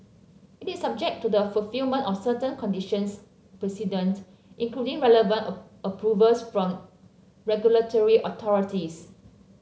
it is subject to the fulfilment of certain conditions precedent including relevant approvals from regulatory authorities